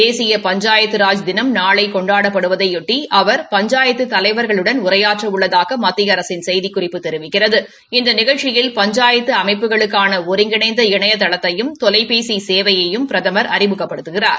தேசிய பஞ்சாயத்தராஜ் தினம் நாளை கொண்டாடப்படுவதையொட்டி அவர் பஞ்சாயத்து தலைவர்களுடன் உரையாற்ற உள்ளதாக மத்திய அரசின் செய்திக்குறிப்பு தெரிவிக்கிறது இந்த நிகழ்ச்சியில் பஞ்சாயத்து அமைப்புகளுக்கான ஒருங்கிணைந்த இணையதளத்தையும் தொலைபேசி சேவையையும் பிரதமர் அறிமுகப்படுத்துகிறார்